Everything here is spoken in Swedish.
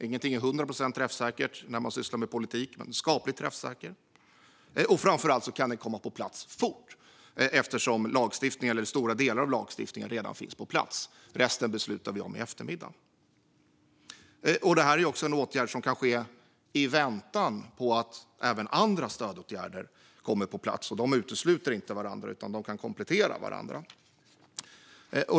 Ingenting är hundra procent träffsäkert när man sysslar med politik, men den är skapligt träffsäker. Framför allt kan stödet komma på plats fort, eftersom stora delar av lagstiftningen redan finns på plats. Resten beslutar vi om i eftermiddag. Det här är också en åtgärd som kan ske i väntan på att även andra stödåtgärder kommer på plats. De utesluter inte varandra, utan de kan komplettera varandra.